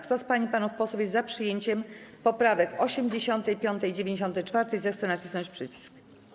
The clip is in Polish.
Kto z pań i panów posłów jest za przyjęciem poprawek 85. i 94., zechce nacisnąć przycisk.